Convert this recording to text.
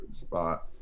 spot